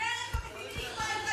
הדרג המדיני יקבע את העיתוי.